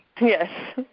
yes.